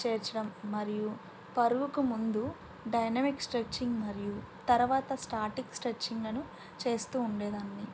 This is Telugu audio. చేర్చడం మరియు పరుగుకు ముందు డైైనమిక్ స్ట్రెచ్చింగ్ మరియు తర్వాత స్టాటిక్ స్ట్రెచ్చింగ్లను చేస్తూ ఉండేదాన్ని